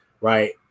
right